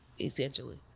essentially